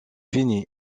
fini